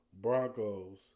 Broncos